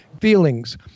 feelings